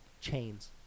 chains